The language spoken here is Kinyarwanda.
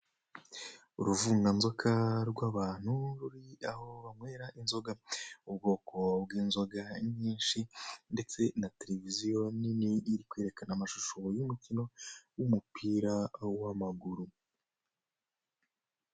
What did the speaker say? Uruvunganzoka rw'abantu ruri aho banywera inzoga, mu bwoko bw'inzoga nyinshi ndetse na tereviziyo nini iri kwerekana amashusho y'umukino w'umupira w'amaguru.